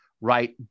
right